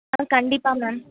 ஆ கண்டிப்பாக மேம்